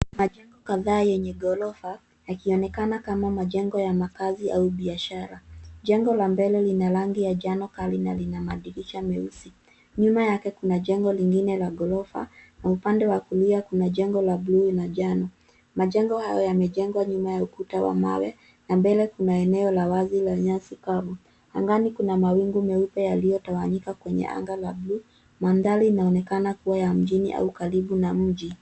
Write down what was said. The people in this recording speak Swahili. Majengo kadhaa yenye ghorofa, yakionekana kama majengo ya makazi au biashara jengo la mbele lina rangi ya njano kali na lina madirisha meusi. Nyuma yake kuna jengo lingine la ghorofa na upande wa kulia kuna jengo la bluu na njano. Majengo hayo yamejengwa nyuma ya ukuta wa mawe na mbele kuna eneo la wazi la nyasi kavu, angani kuna mawingu meupe yaliyo tawanyika kwenye anga la bluu. Mandhari ina onekana kuwa ya mjini au karibu na mji.